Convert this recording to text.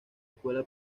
escuela